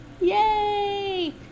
Yay